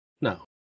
No